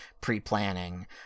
pre-planning